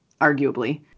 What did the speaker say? arguably